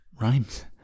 rhymes